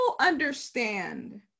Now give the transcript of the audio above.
understand